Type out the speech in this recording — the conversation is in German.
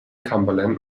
cumberland